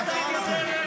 מה קרה לכם?